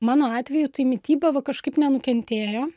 mano atveju tai mityba va kažkaip nenukentėjo